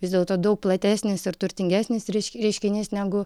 vis dėlto daug platesnis ir turtingesnis reiški reiškinys negu